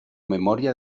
memoria